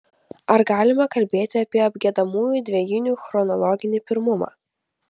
ar galima kalbėti apie apgiedamųjų dvejinių chronologinį pirmumą